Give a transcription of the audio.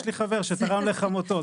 יש לי חבר שתרם לחמותו.